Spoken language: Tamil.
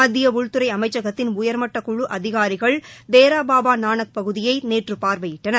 மத்திய உள்துறை அமைச்சகத்தின் உயர்மட்டக்குழு அதிகாரிகள் தேரா பாபா நாளக் பகுதியை நேற்று பார்வையிட்டனர்